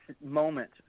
moment